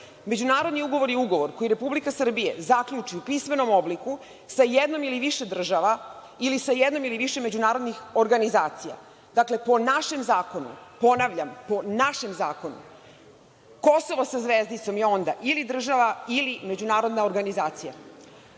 međunarodni ugovor je ugovor koji Republika Srbija zaključi u pismenom obliku sa jednom ili više država ili sa jednom ili više međunarodnih organizacija. Dakle, po našem zakonu, ponavljam, po našem zakonu, Kosovo sa zvezdicom je onda ili država ili međunarodna organizacija.